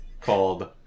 called